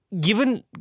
given